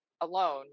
alone